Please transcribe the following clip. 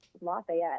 Lafayette